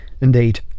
Indeed